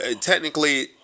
Technically